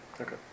Okay